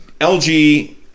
lg